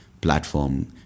platform